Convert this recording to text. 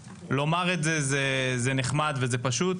לומר את זה זה נחמד וזה פשוט.